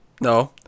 No